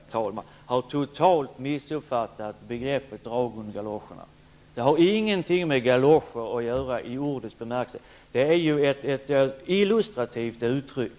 Herr talman! Annika Åhnberg har totalt missuppfattat uttrycket ''drag under galoscherna''. Det har ingenting med galoscher i ordets egentliga bemärkelse att göra. Det är ju ett illustrativt uttryck.